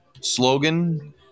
slogan